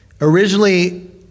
originally